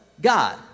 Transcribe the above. God